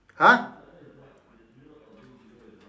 !huh!